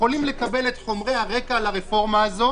יכולים לקבל את חומרי הרקע לרפורמה הזאת